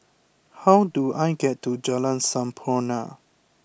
how do I get to Jalan Sampurna